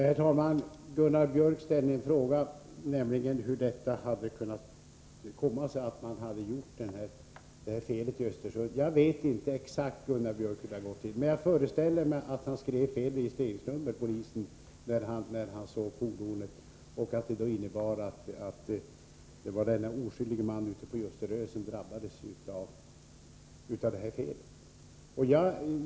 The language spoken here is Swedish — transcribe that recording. Herr talman! Gunnar Biörck i Värmdö ställde en fråga, nämligen hur felet i Östersund kunnat begås. Jag vet inte exakt hur det gått till, Gunnar Biörck, men jag föreställer mig att polismannen skrev upp fel registreringsnummer på fordonet, så att den oskyldige mannen på Ljusterö drabbades.